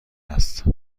است